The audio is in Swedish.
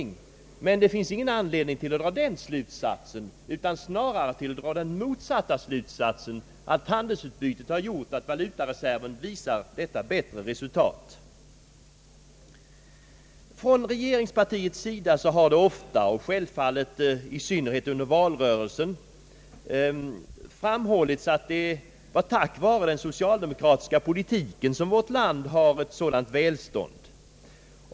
Det finns emellertid ingen anledning att göra en sådan tolkning, utan man bör snarare dra den motsatta slutsatsen, nämligen att handelsutbytet medfört att valutareserven uppvisar detta förbättrade resultat. Från regeringspartiets sida har det mycket ofta och självfallet i synnerhet under valrörelsen framhållits, att det var tack vare den socialdemokratiska politiken som vårt land hade ett sådant välstånd.